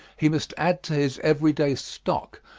he must add to his everyday stock,